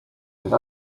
with